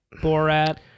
Borat